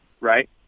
right